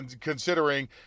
considering